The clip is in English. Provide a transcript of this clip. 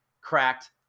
cracked